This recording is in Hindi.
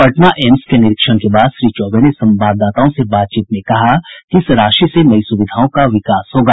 पटना एम्स के निरीक्षण के बाद श्री चौबे ने संवाददाताओं से बातचीत में कहा कि इस राशि से नई सुविधाओं का विकास होगा